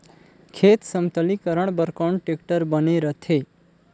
खेत समतलीकरण बर कौन टेक्टर बने रथे?